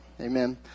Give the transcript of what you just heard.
Amen